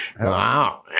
Wow